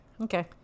Okay